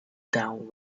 down